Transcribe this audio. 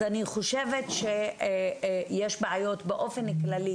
אז אני חושבת שיש בעיות באופן כללי,